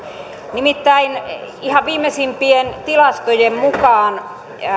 nimittäin ihan viimeisimpien tilastojen mukaan